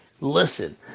listen